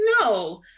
No